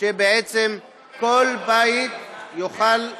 שבעצם כל בית יוכל,